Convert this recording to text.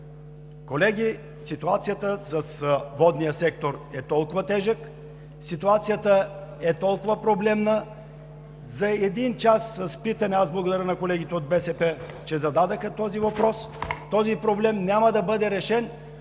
колеги, ситуацията с водния сектор е толкова тежка, ситуацията е толкова проблемна. За един час с питане, аз благодаря на колегите от БСП, че го зададоха, този проблем няма да бъде решен,